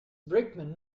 brickman